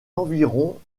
environs